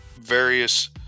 various